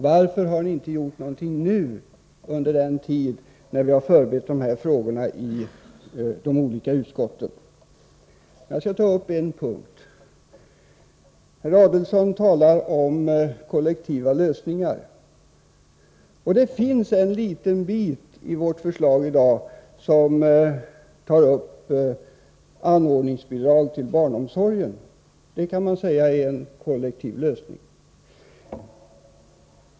Varför har ni inte gjort någonting nu under den tid då vi förberett dessa frågor i de olika utskotten? Jag skall ta upp en punkt. Herr Adelsohn talar om kollektiva lösningar. En liten bit i vårt förslag i dag gäller anordningsbidrag till barnomsorgen. Det kan man säga är en kollektiv lösning.